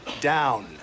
down